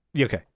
Okay